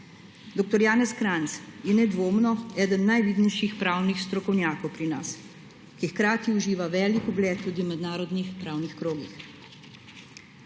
Dr. Janez Krajnc je nedvomno eden najvidnejših pravnih strokovnjakov pri nas, ki hkrati uživa velik ugled tudi v mednarodnih pravnih krogih.